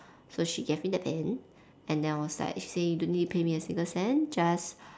so she gave me the pen and then I was like say don't need to pay me a single cent just